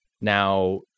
now